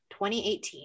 2018